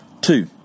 Two